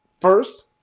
first